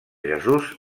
jesús